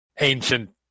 ancient